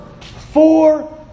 four